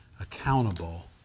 accountable